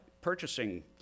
purchasing